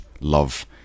love